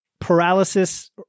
paralysis